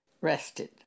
rested